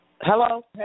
Hello